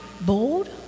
bold